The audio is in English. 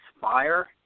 fire